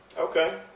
Okay